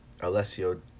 Alessio